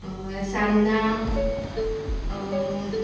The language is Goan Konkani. सान्नां